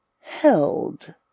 held